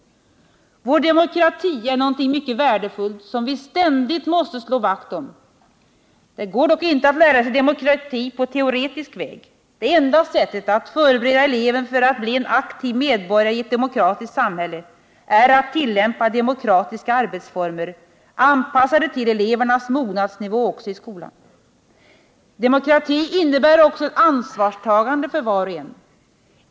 Vår demokrati är någonting mycket värdefullt som vi ständigt måste slå vakt om. Det går dock inte att lära sig demokrati på teoretisk väg. Det enda sättet att förbereda eleven för att bli en aktiv medborgare i ett demokratiskt samhälle är att tillämpa demokratiska arbetsformer, anpassade till elevernas mognadsnivå också i skolan. Demokrati innebär också ansvarstagande för var och en.